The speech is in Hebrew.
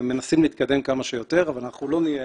מנסים להתקדם כמה שיותר, אבל אנחנו לא נהיה